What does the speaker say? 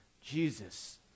Jesus